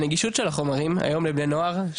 הנגישות של החומרים היום לבני נוער,